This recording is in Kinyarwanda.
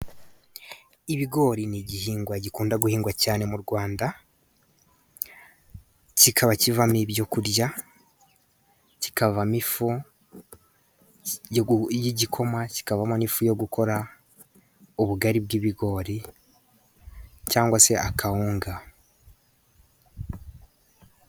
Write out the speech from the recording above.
Ibigori ni igihingwa gikunda guhingwa cyane mu Rwanda, kikaba kivamo ibyo kurya, kikavamo ifu y'igikoma, kikavamo n'ifu yo gukora ubugari bw'ibigori cyangwa se akawunga.